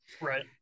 Right